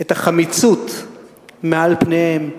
את החמיצות מעל פניהם,